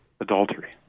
adultery